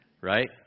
right